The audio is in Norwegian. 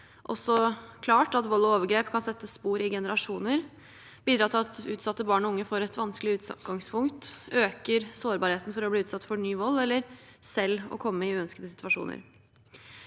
også klart at vold og overgrep kan sette spor i generasjoner, bidra til at utsatte barn og unge får et vanskelig utgangspunkt, og øke sårbarheten for å bli utsatt for ny vold eller selv å komme i uønskede situasjoner.